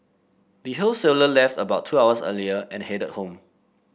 the wholesaler left about two hours earlier and headed home